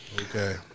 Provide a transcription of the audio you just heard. okay